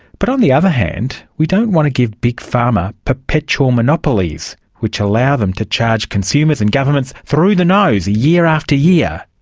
but on the other hand, we don't want to give big pharma perpetual monopolies which allow them to charge consumers and governments through the nose year after year.